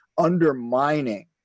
undermining